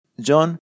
John